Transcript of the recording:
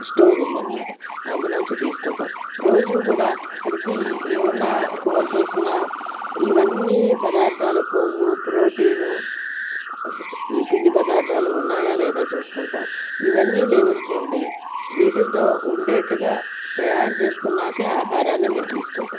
store ఉంది అన్నమాట అందులోంచి తీసుకుంటాం రోజు కూడా ప్రతి ఏమైన కూర చేసిన ఇవన్నీ పదార్థాలు కొవ్వు ప్రోటీన్ ఈ పిండి పదార్థాలు ఉన్నాయా లేదా చూసుకుంటాం ఇవన్నీ లేవనుకోండి వీటితో ఉండేట్టుగా తయారు చేసుకున్నాక ఆహారాన్ని మేము తీసుకుంటాం